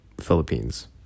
Philippines